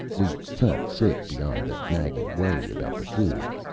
we felt sick, beyond the nagging worry about the food.